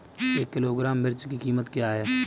एक किलोग्राम मिर्च की कीमत क्या है?